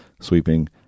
sweeping